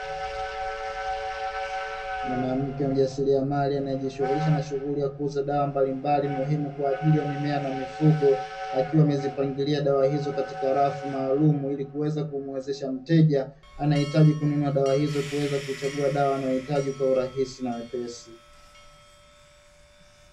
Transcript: Mwanamke mjasiliamali anayejishugjulisha na shughuli ya kuuza dawa mbalimbali muhimu kwa ajili ya mimea na mifugo akiwa amezipangilia dawa hizo katika rafu maalumu, ili kuweza kumuwezesha mteja anayehitaji kununua dawa hizo, kuweza kuchagua dawa anayohitaji kwa urahisi na wepesi.